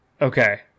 Okay